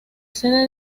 sede